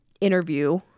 interview